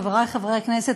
חברי חברי הכנסת,